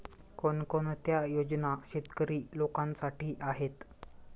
कोणकोणत्या योजना शेतकरी लोकांसाठी आहेत?